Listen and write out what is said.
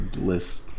list